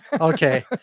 Okay